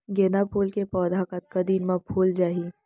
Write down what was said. गेंदा फूल के पौधा कतका दिन मा फुल जाही?